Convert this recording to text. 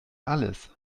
alles